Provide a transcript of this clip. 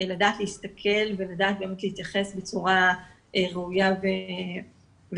לדעת להסתכל ולדעת באמת להתייחס בצורה ראויה ומשמעותית,